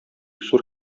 зур